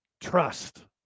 trust